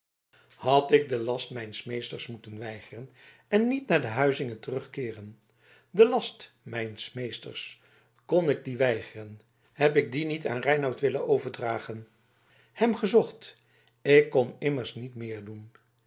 had ik den last mijns meesters moeten weigeren en niet naar die huizinge terugkeeren den last mijns meesters kon ik dien weigeren heb ik dien niet aan reinout willen overdragen hem gezocht ik kon immers niet meer doen